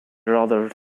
rather